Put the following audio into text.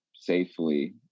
safely